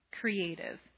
creative